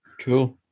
Cool